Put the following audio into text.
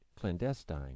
clandestine